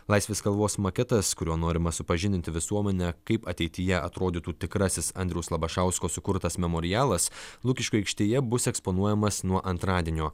laisvės kalvos maketas kuriuo norima supažindinti visuomenę kaip ateityje atrodytų tikrasis andriaus labašausko sukurtas memorialas lukiškių aikštėje bus eksponuojamas nuo antradienio